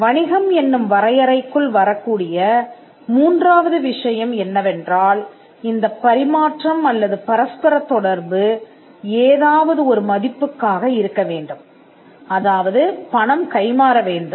வணிகம் என்னும் வரையறைக்குள் வரக்கூடிய மூன்றாவது விஷயம் என்னவென்றால் இந்தப் பரிமாற்றம் அல்லது பரஸ்பரத் தொடர்பு ஏதாவது ஒரு மதிப்புக்காக இருக்கவேண்டும் அதாவது பணம் கைமாற வேண்டும்